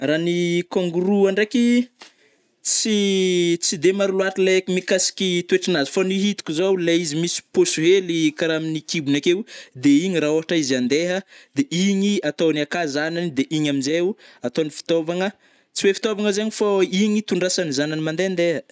Ra ny kangoroa ndraiky tsy tsy de maro loatra raha haiko mikasiky toetry nazy, fô ny hitako zao lai izy misy paosy hely karà am kibony akeo, de igny ra ôhatra izy andeha, de igny atôgny aka zanany, de igny amnjay o, ataony fitaovagna, tsy oe fitaovana zegny fô iny itondrasany zanany mandehandeha.